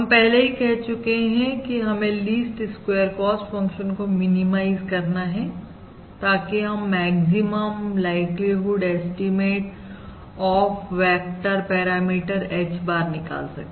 हम पहले ही कह चुके हैं कि हमें लीस्ट स्क्वेयर कॉस्ट फंक्शन को मिनिमाइज करना है ताकि हम maximum likelihood estimate of vector parameter H bar निकाल सके